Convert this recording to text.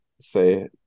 say